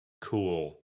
Cool